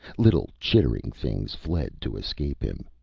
little chittering things fled to escape him.